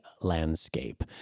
landscape